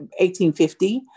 1850